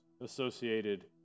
associated